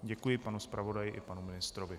Děkuji panu zpravodaji i panu ministrovi.